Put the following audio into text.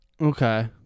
Okay